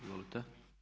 Izvolite.